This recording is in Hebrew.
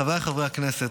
חבריי חברי הכנסת,